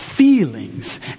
Feelings